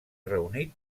reunit